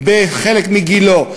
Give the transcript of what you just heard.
בחלק מגילה,